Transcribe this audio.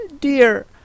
dear